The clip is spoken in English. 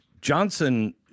johnson